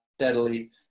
steadily